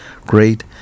great